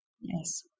yes